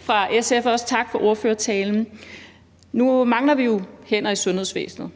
fra SF, også tak for ordførertalen. Nu mangler vi jo hænder i bl.a. sundhedsvæsenet,